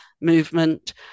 movement